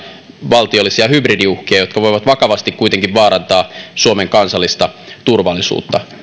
valtiollisia hybridiuhkia jotka voivat vakavasti kuitenkin vaarantaa suomen kansallista turvallisuutta